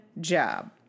job